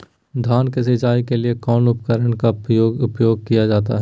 धान की सिंचाई के लिए कौन उपकरण का उपयोग किया जाता है?